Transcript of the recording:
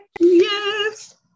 yes